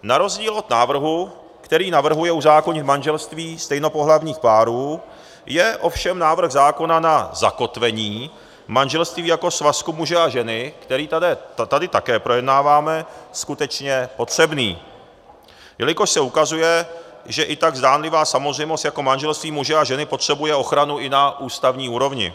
Na rozdíl od návrhu, který navrhuje uzákonit manželství stejnopohlavních párů, je ovšem návrh zákona na zakotvení manželství jako svazku muže a ženy, který tady také projednáváme, skutečně potřebný, jelikož se ukazuje, že i tak zdánlivá samozřejmost jako manželství muže a ženy potřebuje ochranu i na ústavní úrovni.